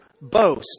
boast